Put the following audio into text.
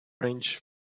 range